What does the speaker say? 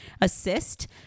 assist